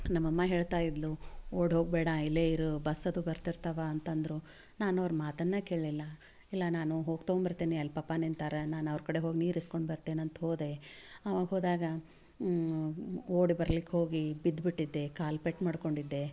ನಮ್ಮ ಅಮ್ಮ ಹೇಳ್ತಾ ಇದ್ಳು ಓಡಿ ಹೋಗಬೇಡ ಇಲ್ಲೇ ಇರು ಬಸ್ ಅದು ಬರ್ತಿರ್ತವೆ ಅಂತಂದರೂ ನಾನು ಅವ್ರ ಮಾತನ್ನು ಕೇಳಲಿಲ್ಲ ಇಲ್ಲ ನಾನು ಹೋಗಿ ತೊಂಬರ್ತೀನಿ ಅಲ್ಲಿ ಪಪ್ಪಾ ನಿಂತಾರ ನಾನು ಅವ್ರ ಕಡೆ ಹೋಗಿ ನೀರು ಇಸ್ಕೊಂಡು ಬರ್ತೇನೆ ಅಂತ ಹೋದೆ ಅವಾಗ ಹೋದಾಗ ಓಡಿ ಬರ್ಲಿಕ್ಕೆ ಹೋಗಿ ಬಿದ್ದುಬಿಟ್ಟಿದ್ದೆ ಕಾಲು ಪೆಟ್ಟು ಮಾಡಿಕೊಂಡಿದ್ದೆ